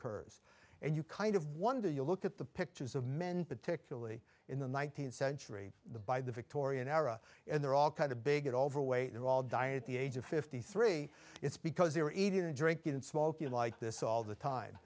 curves and you kind of wonder you look at the pictures of men particularly in the nineteenth century by the victorian era and they're all kind of big and overweight they're all dying at the age of fifty three it's because they were eating and drinking and smoking like this all the time